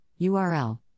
url